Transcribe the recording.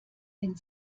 den